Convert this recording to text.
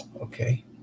okay